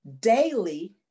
daily